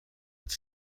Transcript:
its